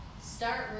start